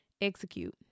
Execute